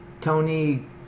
Tony